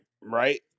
right